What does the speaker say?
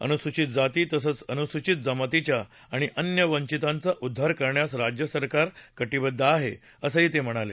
अनुसूचित जाती तसंच अनुसूचित जमातीच्या आणि वंचितांचा उद्वार करण्यास राज्य सातारकर कटिबद्व आहे असंही ते म्हणाले